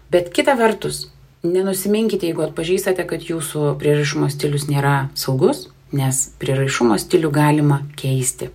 bet kita vertus nenusiminkite jeigu atpažįstate kad jūsų prieraišumo stilius nėra saugus nes prieraišumo stilių galima keisti